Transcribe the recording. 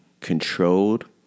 controlled